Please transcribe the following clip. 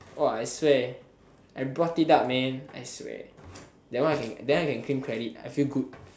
!wah! I swear I brought it up man I swear that one that one I can claim credit I feel good